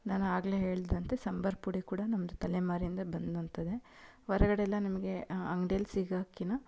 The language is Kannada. ನಾನು ಆಗಲೇ ಹೇಳಿದಂತೆ ಸಾಂಬಾರ ಪುಡಿ ಕೂಡ ನಮ್ಮದು ತಲೆಮಾರಿಂದ ಬಂದಂಥದ್ದೆ ಹೊರಗಡೆಯೆಲ್ಲ ನಿಮಗೆ ಅಂಗ್ಡಿಯಲ್ಲಿ ಸಿಗಕಿಂತ